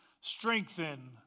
strengthen